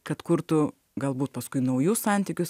kad kurtų galbūt paskui naujus santykius